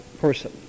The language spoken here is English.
person